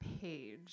page